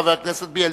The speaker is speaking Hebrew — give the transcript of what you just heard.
חבר הכנסת בילסקי.